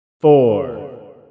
Four